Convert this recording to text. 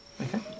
Okay